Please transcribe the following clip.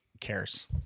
cares